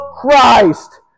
Christ